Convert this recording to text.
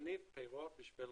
להניב פירות בשביל